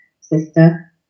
sister